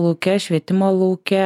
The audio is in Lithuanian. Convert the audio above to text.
lauke švietimo lauke